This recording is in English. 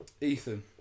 Ethan